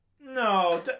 no